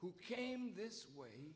who came this way